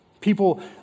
People